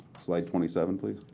slide twenty seven, please.